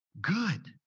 good